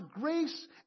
grace